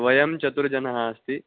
वयं चत्वारः जनाः अस्ति